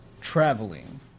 traveling